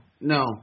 no